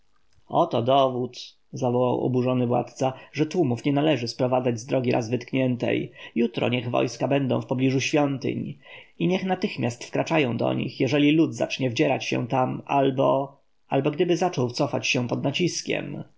oto dowód zawołał oburzony władca że tłumów nie należy sprowadzać z drogi raz wytkniętej jutro niech wojska będą wpobliżu świątyń i niech natychmiast wkraczają do nich jeżeli lud zacznie wdzierać się tam albo albo gdyby zaczął cofać się pod naciskiem